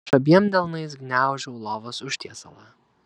aš abiem delnais gniaužau lovos užtiesalą